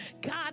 God